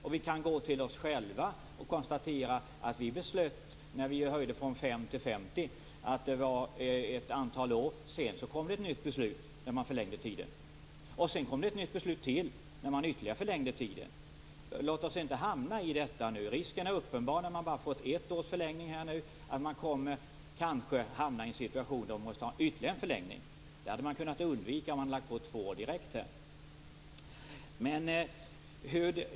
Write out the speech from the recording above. När det gäller oss själva kan jag konstatera att vi efter det att vi för ett antal år sedan höjde från 5 000 kr till 50 000 kr fått ett nytt beslut med förlängd tid. Sedan kom ett nytt beslut igen med ytterligare förlängd tid. Låt oss inte hamna i detta igen! Risken är ju uppenbar att man, när man nu bara har fått en förlängning med ett år, hamnar i en situation där det behövs ytterligare en förlängning. Det kunde undvikas genom att direkt lägga på två år.